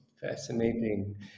Fascinating